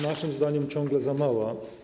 Naszym zdaniem ciągle za mała.